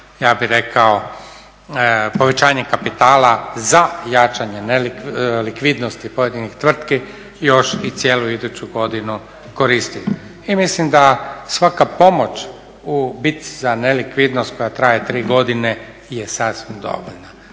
ja bih rekao povećanjem kapitala za jačanje likvidnosti pojedinih tvrtki još i cijelu iduću godinu koristimo. I mislim da svaka pomoć u bici za nelikvidnost koja traje tri godine je sasvim dovoljna,